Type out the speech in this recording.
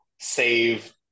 save